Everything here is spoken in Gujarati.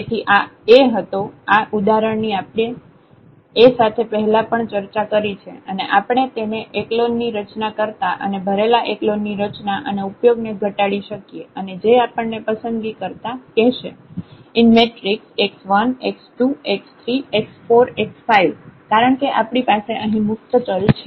તેથી આ A હતો આ ઉદાહરણની આપણે A સાથે પહેલા પણ ચર્ચા કરી છે અને આપણે તેને એકલોન ની રચના કરતા અને ભરેલા એકલોન ની રચના અને ઉપયોગ ને ઘટાડી શકીએ અને જે આપણને પસંદગી કરતા કહેશે x1 x2 x3 x4 x5 કારણ કે આપણી પાસે અહીં મુક્ત ચલ છે